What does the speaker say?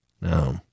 No